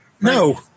no